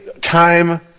Time